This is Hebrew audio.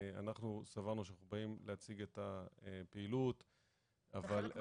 אנחנו סברנו שאנחנו באים להציג את הפעילות -- זה חלק מהפעילות,